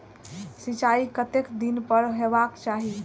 सिंचाई कतेक दिन पर हेबाक चाही?